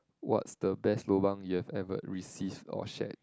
what's the best lobang you have ever received or shared